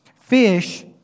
fish